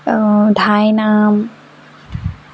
ধাইনাম